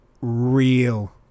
Real